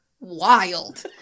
wild